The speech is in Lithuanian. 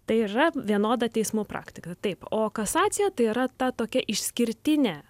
tai yra vienoda teismų praktika taip o kasacija tai yra ta tokia išskirtinė